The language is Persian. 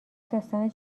داستان